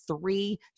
three